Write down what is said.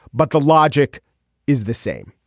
but the logic is the same.